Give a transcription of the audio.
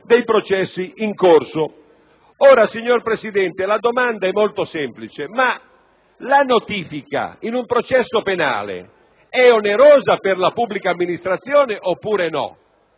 corso. Signor Presidente, la domanda è molto semplice: la notifica, in un processo penale, è onerosa per la pubblica amministrazione?